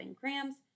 grams